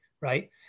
right